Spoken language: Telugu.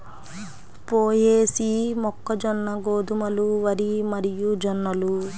పొయేసీ, మొక్కజొన్న, గోధుమలు, వరి మరియుజొన్నలు